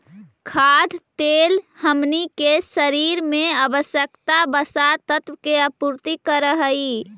खाद्य तेल हमनी के शरीर में आवश्यक वसा तत्व के आपूर्ति करऽ हइ